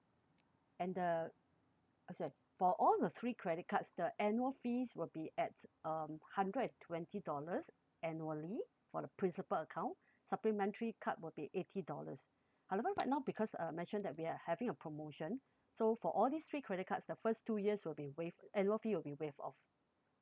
and the uh sorry for all the three credit cards the annual fees will be at um hundred and twenty dollars annually for the principal account supplementary card will be eighty dollars however right now because I mention that we are having a promotion so for all these three credit cards the first two years will be waived annual fee will be waived off